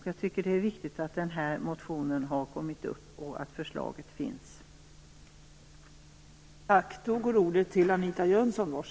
Jag tycker att det är bra att denna motion har kommit fram och att detta förslag finns.